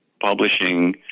publishing